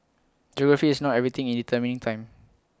geography is not everything in determining time